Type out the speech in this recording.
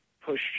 push